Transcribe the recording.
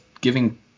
giving